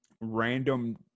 random